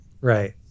Right